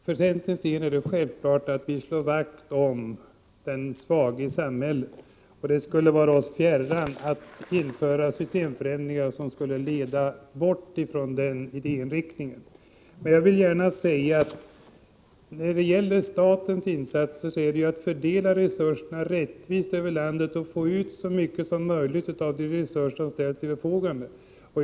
Fru talman! Det är självklart att centern slår vakt om den svage i samhället. Det vore oss fjärran att införa systemförändringar, som skulle leda bort från den idéinriktningen. Statens uppgift är att fördela resurserna rättvist över landet och få ut så mycket som möjligt av de resurser som ställs till förfogande.